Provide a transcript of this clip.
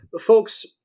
Folks